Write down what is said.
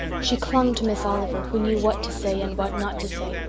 she clung to miss oliver, who knew what to say and what not to say.